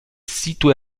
située